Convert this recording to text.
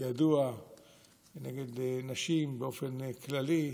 ידוע ונגד נשים באופן כללי,